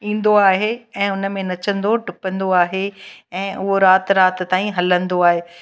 ईंदो आहे ऐं हुन में नचंदो टुपंदो आहे ऐं उहो राति राति ताईं हलंदो आहे